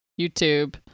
youtube